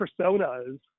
personas